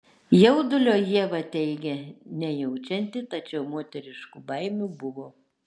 jaudulio ieva teigė nejaučianti tačiau moteriškų baimių buvo